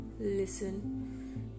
listen